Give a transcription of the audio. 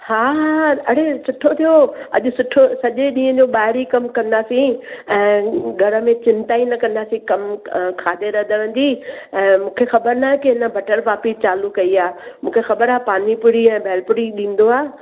हा हा अरे सुठो थियो अॼु सुठो सॼे ॾींहुं जो ॿाहिर ई कमु कंदासीं ऐं घर में चिंता ई न कंदासीं कमु खाधे रधण जी ऐं मूंखे ख़बर न आहे कि हिन बटर पापड़ी चालू कई आहे मूंखे ख़बर आहे पानी पूरी ऐं भेल पूरी ॾींदो आहे